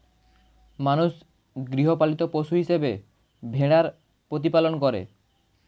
মানুষ গৃহপালিত পশু হিসেবে ভেড়ার প্রতিপালন করে